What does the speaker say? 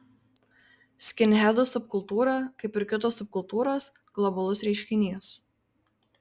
skinhedų subkultūra kaip ir kitos subkultūros globalus reiškinys